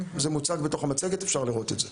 זה מוצג בתוך המצגת ואפשר לראות את זה.